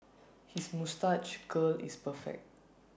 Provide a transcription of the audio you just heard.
his moustache curl is perfect